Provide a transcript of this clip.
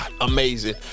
amazing